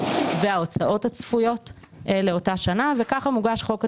וההוצאות הצפויות לאותה שנה וככה מוגש חוק התקציב.